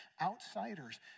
outsiders